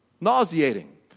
nauseating